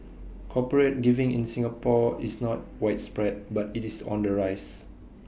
corporate giving in Singapore is not widespread but IT is on the rise